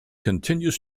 continues